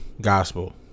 gospel